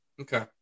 Okay